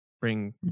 bring